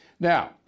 Now